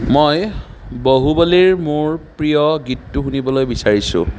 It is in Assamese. মই বাহুবলীৰ মোৰ প্ৰিয় গীতটো শুনিবলৈ বিচাৰিছোঁ